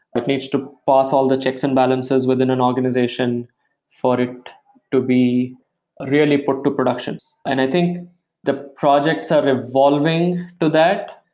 it needs to pass all the checks and balances within an organization for it to be really put to production and i think the projects are evolving to that.